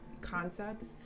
concepts